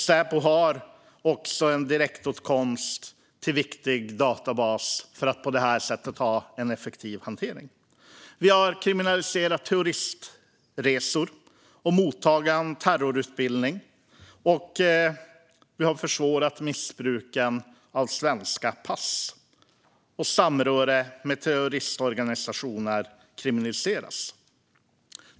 För en effektiv hantering har Säpo också direktåtkomst till en viktig databas. Vi har kriminaliserat terrorismresor och mottagande av terrorutbildning. Vi har försvårat för missbruk av svenska pass. Och samröre med terroristorganisationer har kriminaliserats.